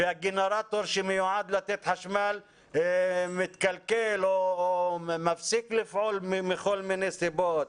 והגנרטור שמיועד לתת חשמל מתקלקל או מפסיק לפעול מכל מיני סיבות.